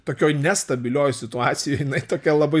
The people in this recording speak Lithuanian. tokioj nestabilioj situacijoj jinai tokia labai